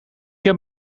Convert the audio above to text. heb